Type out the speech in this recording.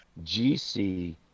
GC